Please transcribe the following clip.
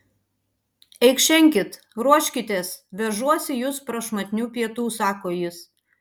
eikšenkit ruoškitės vežuosi jus prašmatnių pietų sako jis